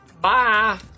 Bye